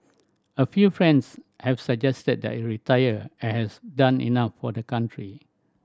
a fewer friends have suggested that I retire I as I have done enough for the country